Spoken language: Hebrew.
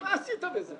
מה עשית בזה?